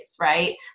right